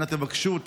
אנא תבקשו,